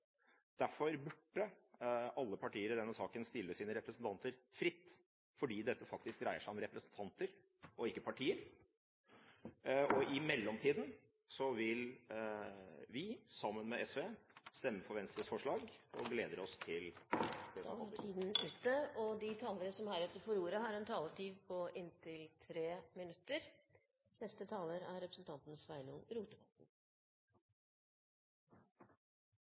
Derfor burde alle partier i denne saken stille sine representanter fritt, fordi dette faktisk dreier seg om representanter og ikke partier. I mellomtiden vil vi, sammen med SV, stemme for Venstres forslag, og gleder oss til det som kommer. De talere som heretter får ordet, har en taletid på inntil 3 minutter. Eg vil starte med å takke representanten